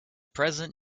present